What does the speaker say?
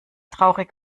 traurig